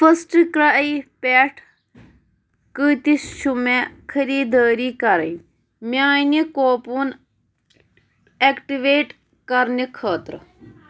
first کرٛایہِ پٮ۪ٹھ کۭتِس چھُ مےٚ خٔردٲری کرٕنۍ میانہِ کوپُن اٮ۪کٹِویٹ کرنہِ خٲطرٕ